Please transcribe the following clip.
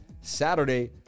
Saturday